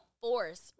force